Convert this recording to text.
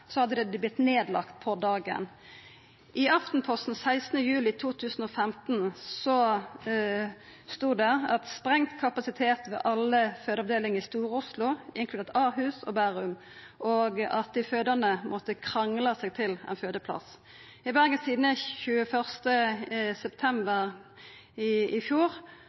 så systematisk i dei små fødeavdelingane, hadde dei vorte nedlagde på dagen. I Aftenposten den 16. juli 2015 stod det at det var sprengd kapasitet ved alle fødeavdelingane i Stor-Oslo, inkludert Ahus og Bærum, og at dei fødande måtte krangla seg til ein fødeplass. I Bergens Tidende den 21. september i fjor